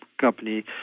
company